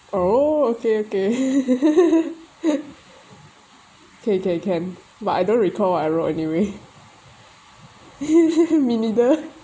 oh okay okay okay okay can but I don't recall I wrote anyway me neither